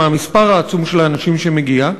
מהמספר העצום של האנשים שמגיעים,